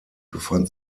befand